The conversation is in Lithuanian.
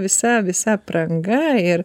visa visa apranga ir